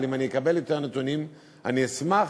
אבל אם אני אקבל יותר נתונים, אני אשמח,